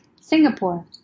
Singapore